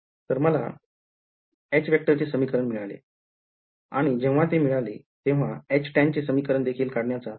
तर मला h चे समीकरण मिळाले आणि जेव्हा ते मिळाले तेव्हा Htan चे समीकरण देखील काढण्याचा मी प्रत्यन केला